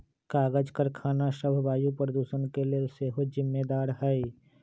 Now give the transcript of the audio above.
कागज करखना सभ वायु प्रदूषण के लेल सेहो जिम्मेदार हइ